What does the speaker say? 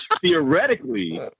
theoretically